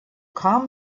kam